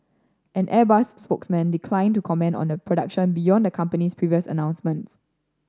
an Airbus spokesman declined to comment on a production beyond the company's previous announcements